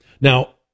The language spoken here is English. Now